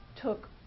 took